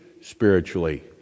spiritually